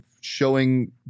showing